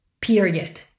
period